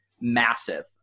massive